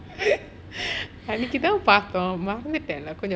அன்னிக்குத்தான் பார்த்தோம் மறந்துட்டேன்:aannikkuthaan paarthom maranthuttaen lah